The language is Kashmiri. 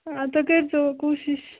آ تُہۍ کٔرۍزیٚو کوٗشِش